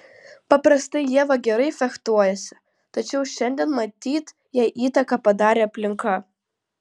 paprastai ieva gerai fechtuojasi tačiau šiandien matyt jai įtaką padarė aplinka